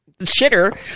shitter